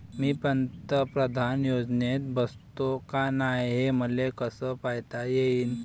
मी पंतप्रधान योजनेत बसतो का नाय, हे मले कस पायता येईन?